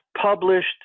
published